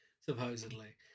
supposedly